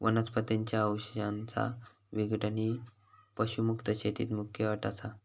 वनस्पतीं च्या अवशेषांचा विघटन ही पशुमुक्त शेतीत मुख्य अट असा